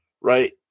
right